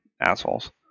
assholes